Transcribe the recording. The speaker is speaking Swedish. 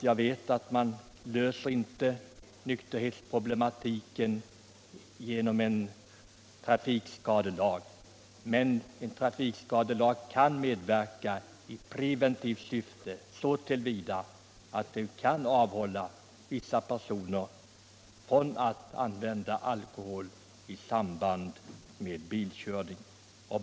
Jag vet att man inte löser nykterhetsproblematiken genom en trafikskadelag, men en trafikskadelag kan i preventivt syfte medverka till en förbättring så till vida att den kan avhålla vissa personer från att använda alkohol i samband med bilkörning.